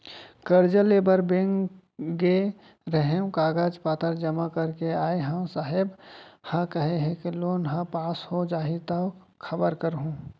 करजा लेबर बेंक गे रेहेंव, कागज पतर जमा कर के आय हँव, साहेब ह केहे हे लोन ह पास हो जाही त खबर करहूँ